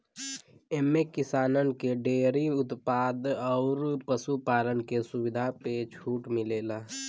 एम्मे किसानन के डेअरी उत्पाद अउर पशु पालन के सुविधा पे छूट मिलेला